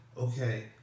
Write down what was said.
Okay